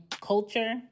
culture